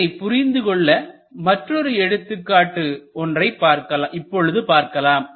இதனைப் புரிந்து கொள்ள மற்றொரு எடுத்துக்காட்டு ஒன்றை இப்பொழுது பார்க்கலாம்